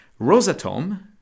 Rosatom